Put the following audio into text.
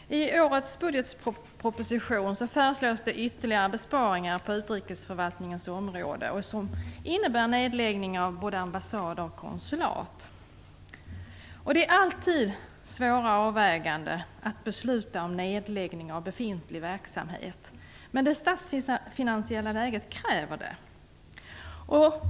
Herr talman! I årets budgetproposition föreslås ytterligare besparingar på utrikesförvaltningens område som innebär nedläggningar av både ambassader och konsulat. Det är alltid fråga om svåra avvägningar när det gäller att besluta om nedläggning av befintlig verksamhet. Men det statsfinansiella läget kräver det.